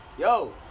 Yo